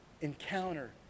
Encounter